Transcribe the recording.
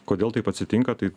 kodėl taip atsitinka tai